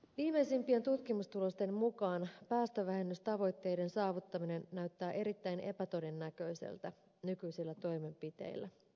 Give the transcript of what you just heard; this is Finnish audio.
viimeisimpien tutkimustulosten mukaan päästövähennystavoitteiden saavuttaminen näyttää erittäin epätodennäköiseltä nykyisillä toimenpiteillä